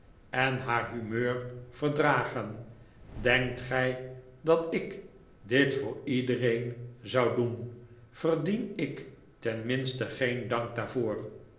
en haar humeur verdragen denkt gij dat ik dit voor iedereen zou doen verdien ik tenminste geen dank daarvoor